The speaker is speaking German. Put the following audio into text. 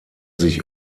sich